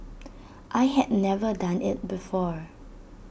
I had never done IT before